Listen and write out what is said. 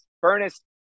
furnace